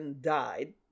died